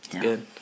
Good